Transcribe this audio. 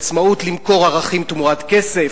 עצמאות למכור ערכים תמורת כסף?